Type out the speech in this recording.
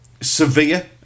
severe